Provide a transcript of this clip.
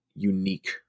Unique